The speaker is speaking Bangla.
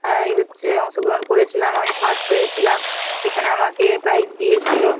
আয় হচ্ছে অংশগ্রহণ করেছিলাম আমি ফার্স্ট হয়েছিলাম সেখানে আমাকে প্রাইজ দিয়েছিল